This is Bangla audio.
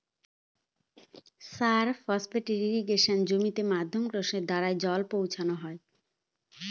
সারফেস ইর্রিগেশনে জমিতে মাধ্যাকর্ষণের দ্বারা জল পৌঁছানো হয়